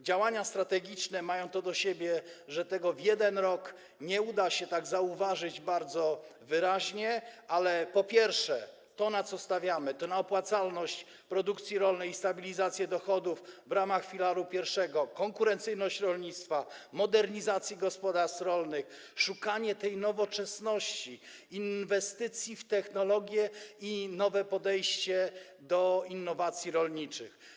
Działania strategiczne mają to do siebie, że w jeden rok nie uda się tego tak bardzo wyraźnie zauważyć, ale po pierwsze, to, na co stawiamy, to opłacalność produkcji rolnej i stabilizacja dochodów w ramach filaru I, konkurencyjność rolnictwa, modernizacja gospodarstw rolnych, szukanie nowoczesności, inwestycji w technologię i nowe podejście do innowacji rolniczych.